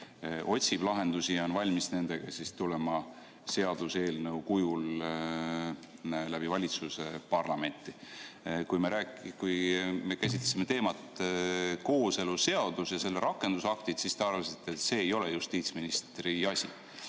otsib lahendusi ja on valmis tulema nendega seaduseelnõu kujul valitsuse kaudu parlamenti. Kui me käsitlesime teemat "Kooseluseadus ja selle rakendusaktid", siis te arvasite, et see ei ole justiitsministri asi.